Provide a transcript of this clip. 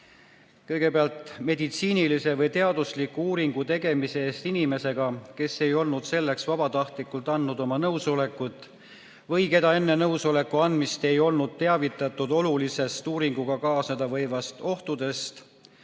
järgmiselt. "Meditsiinilise või teadusliku uuringu tegemise eest inimesega, kes ei olnud selleks vabatahtlikult andnud oma nõusolekut või keda enne nõusoleku andmist ei olnud teavitatud olulistest uuringuga kaasneda võivatest ohtudest,